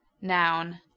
Noun